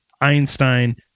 Einstein